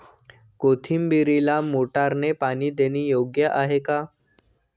कोथिंबीरीला मोटारने पाणी देणे योग्य आहे का?